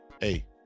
Hey